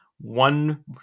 one